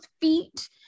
feet